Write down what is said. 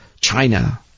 China